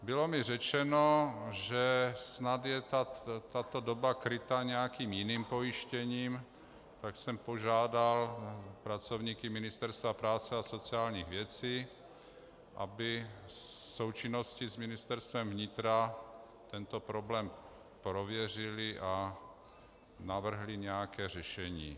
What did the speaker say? Bylo mi řečeno, že snad je tato doba kryta nějakým jiným pojištěním, tak jsem požádal pracovníky Ministerstva práce a sociálních věcí, aby v součinnosti s Ministerstvem vnitra tento problém prověřili a navrhli nějaké řešení.